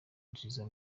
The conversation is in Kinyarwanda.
nziza